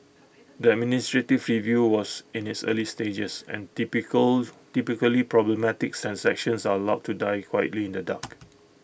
the administrative review was in its early stages and typical typically problematic are allowed to die quietly in the dark